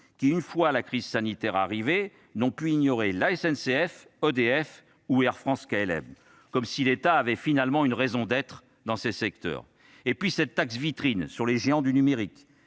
qui, une fois la crise sanitaire arrivée, n'ont pu ignorer la SNCF, EDF ou Air France-KLM, comme si l'État avait finalement une raison d'être dans ces secteurs. Vient ensuite cette « taxe vitrine » sur les géants du numérique,